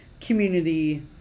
community